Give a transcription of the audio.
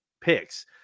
picks